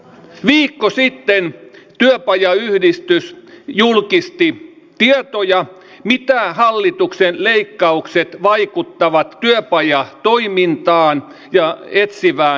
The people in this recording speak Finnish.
viikko sitten työpajayhdistys julkisti tietoja miten hallituksen leikkaukset vaikuttavat työpajatoimintaan ja etsivään nuorisotyöhön